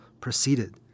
proceeded